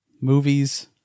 movies